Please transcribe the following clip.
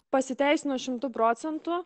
pasiteisino šimtu procentų